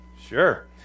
Sure